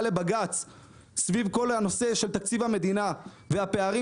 לבג"ץ סביב כל הנושא של תקציב המדינה והפערים